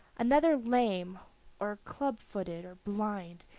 another lame or club-footed or blind,